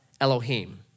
Elohim